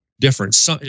different